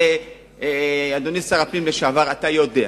הרי אדוני שר הפנים לשעבר, אתה יודע